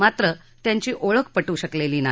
मात्र त्याची ओळख पटू शकलेली नाही